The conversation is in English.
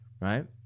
Right